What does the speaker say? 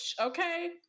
Okay